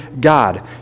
God